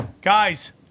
Guys